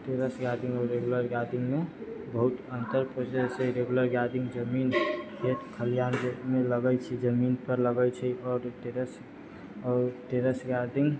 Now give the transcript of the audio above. terrace gardening आओर regular गार्डनिंगमे बहुत अन्तर हो जाय छै रेगुलर गार्डनिंग जमीन खेत खलिहान जे मे लगै छै जमीनपर लगै छै आओर टेरेस आओर टेरेस गार्डनिंग